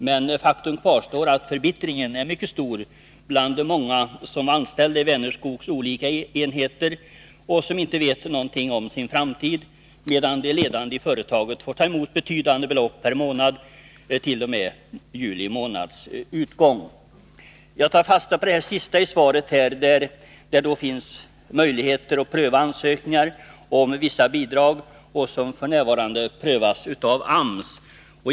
Men faktum kvarstår: Förbittringen är mycket stor bland de många som är anställda i Vänerskogs olika enheter och som inte vet någonting om sin framtid, medan de ledande i företaget får ta emot betydande belopp per månad t.o.m. juli månads utgång. Jag tar fasta på det som arbetsmarknadsministern säger sist i svaret, nämligen att det finns möjligheter för nedläggningshotade företag att erhålla bidrag och att en ansökan om sådant bidrag till Vänerskog f. n. prövas av AMS.